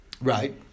Right